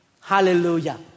Hallelujah